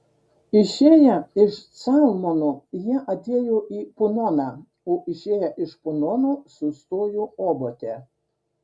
išėję iš calmono jie atėjo į punoną o išėję iš punono sustojo obote